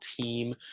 team –